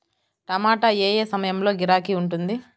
టమాటా ఏ ఏ సమయంలో గిరాకీ ఉంటుంది?